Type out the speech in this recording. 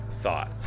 thought